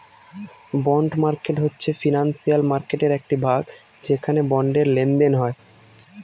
bond market হচ্ছে financial মার্কেটের একটি ভাগ যেখানে বন্ডের লেনদেন হয়